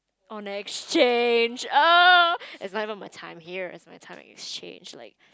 on exchange oh it's not even my time here it's my time in exchange like